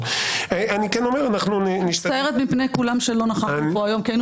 אני מצטערת בפני כולם שלא נכחתי כאן היום כי היינו